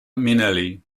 minnelli